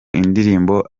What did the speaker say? indirimbo